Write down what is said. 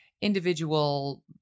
individual